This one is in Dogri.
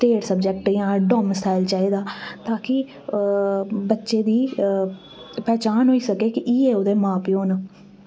स्टेट सब्जेक्ट जां डोमिसाइल चाहिदा ता कि बच्चे दी पहचान होई सकै कि इ'यै ओह्दे मां प्योऽ न